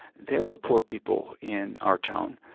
there were poor people in our town,